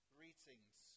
Greetings